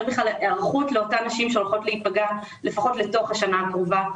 בכלל היערכות לאותן נשים שהולכות להיפגע לפחות לתוך השנה הקרובה.